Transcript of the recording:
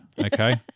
okay